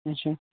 اَچھا